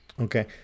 Okay